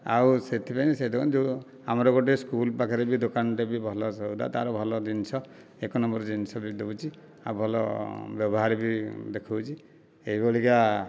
ଆଉ ସେଥିପାଇଁ ସେ ଆମର ଗୋଟିଏ ସ୍କୁଲ ପାଖରେ ବି ଦୋକାନ ଟେ ବି ଭଲ ସଉଦା ତାର ଭଲ ଜିନିଷ ଏକ ନମ୍ବର ଜିନିଷ ବି ଦେଉଛି ଆଉ ଭଲ ବ୍ୟବହାର ବି ଦେଖଉଛି ଏହି ଭଳିକା